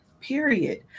period